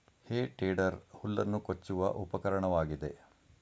ಹೇ tedder ಹುಲ್ಲನ್ನು ಕೊಚ್ಚುವ ಉಪಕರಣವಾಗಿದೆ